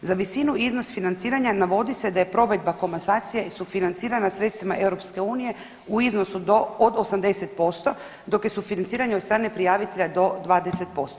Za visinu iznos financiranja navodi se da je provedba komasacije i sufinancirana sredstvima EU u iznosu do, od 80% dok je sufinaciranje od strane prijavitelja do 20%